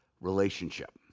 relationship